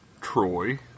Troy